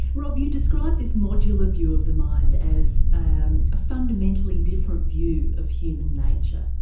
rob, you describe this modular view of the mind as and a fundamentally different view of human nature.